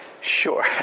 sure